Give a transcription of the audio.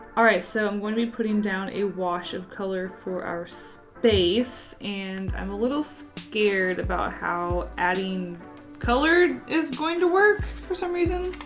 alright. so i'm gonna be putting down a wash of color for our space and i'm a little scared about how adding color is going to work for some reason?